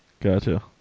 Gotcha